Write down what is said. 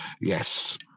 yes